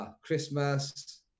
Christmas